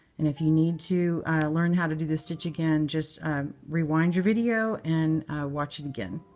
and if you need to learn how to do this stitch, again, just rewind your video and watch it again.